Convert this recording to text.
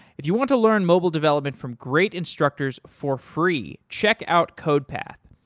if you want to learn mobile development from great instructors for free, check out codepath.